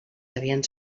havien